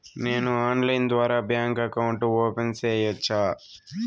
నేను ఆన్లైన్ ద్వారా bank account open సేయొచ్చా?